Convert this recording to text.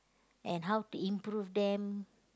and how to improve them